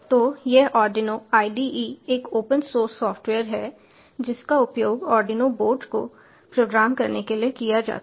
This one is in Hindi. तो यह आर्डिनो IDE एक ओपन सोर्स सॉफ्टवेयर है जिसका उपयोग आर्डिनो बोर्ड को प्रोग्राम करने के लिए किया जाता है